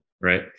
right